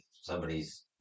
somebody's